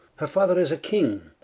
her father is a king,